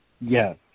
Yes